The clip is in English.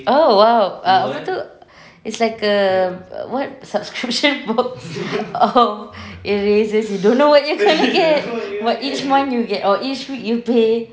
oh !wow! apa tu it's like a what subscription box of erasers you don't know what you're going to get but each month you get or each week you pay